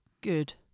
Good